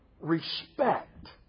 respect